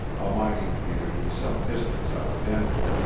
a mining community some distance out of denver.